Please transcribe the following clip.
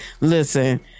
Listen